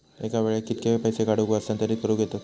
एका वेळाक कित्के पैसे काढूक व हस्तांतरित करूक येतत?